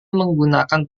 menggunakan